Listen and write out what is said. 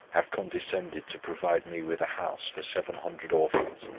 have condescended to provide me with a house for seven hundred orphans,